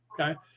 Okay